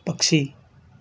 పక్షి